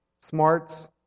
smarts